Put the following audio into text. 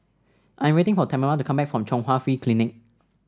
I 'm waiting for Tamera to come back from Chung Hwa Free Clinic